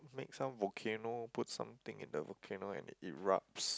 make some volcano put something in the volcano and it erupts